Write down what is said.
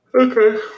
Okay